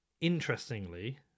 Interestingly